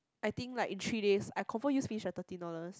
I think like in three days I confirm use finish the thirteen dollars